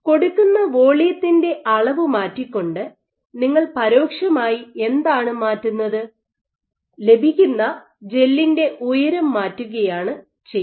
കൊടുക്കുന്ന വോള്യത്തിന്റെ അളവ് മാറ്റിക്കൊണ്ട് നിങ്ങൾ പരോക്ഷമായി എന്താണ് മാറ്റുന്നത് ലഭിക്കുന്ന ജെല്ലിന്റെ ഉയരം മാറ്റുകയാണ് ചെയ്യുന്നത്